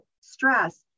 stress